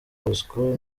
bosco